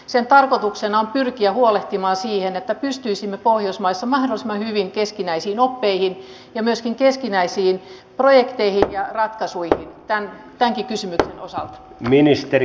sen tarkoituksena on pyrkiä huolehtimaan siitä että pystyisimme pohjoismaissa mahdollisimman hyvin keskinäisiin oppeihin ja myöskin keskinäisiin projekteihin ja ratkaisuihin tämänkin kysymyksen osalta